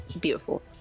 beautiful